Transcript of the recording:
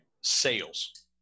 sales